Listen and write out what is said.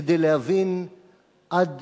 כדי להבין עד